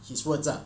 his words lah